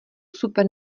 super